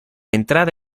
entrada